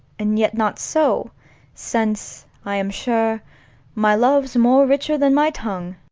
and yet not so since i am sure my love's more richer than my tongue.